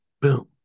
Boom